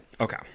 Okay